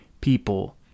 people